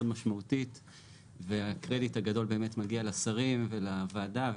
משמעותית והקרדיט הגדול באמת מגיע לשרים ולוועדה,